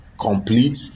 complete